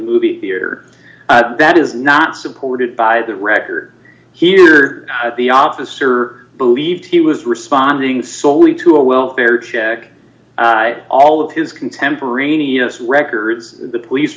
movie theater that is not supported by the record here the officer believed he was responding solely to a welfare check all of his contemporaneous records the police